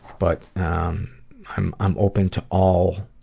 but i'm i'm open to all,